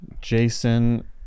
Jason